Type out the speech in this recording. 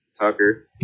Tucker